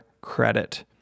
credit